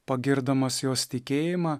pagirdamas jos tikėjimą